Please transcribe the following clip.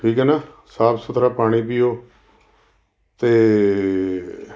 ਠੀਕ ਹੈ ਨਾ ਸਾਫ਼ ਸੁਥਰਾ ਪਾਣੀ ਪੀਓ ਅਤੇ